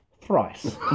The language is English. thrice